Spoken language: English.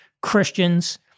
Christians